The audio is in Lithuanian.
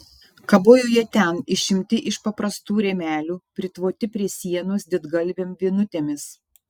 kabojo jie ten išimti iš paprastų rėmelių pritvoti prie sienos didgalvėm vinutėmis